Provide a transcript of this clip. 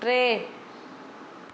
टे